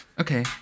Okay